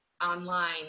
online